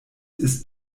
ist